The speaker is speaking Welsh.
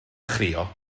chrio